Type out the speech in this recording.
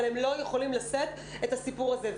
אבל הם לא יכולים לשאת את הסיפור הזה.